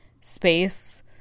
space